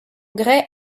grès